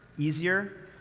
easier,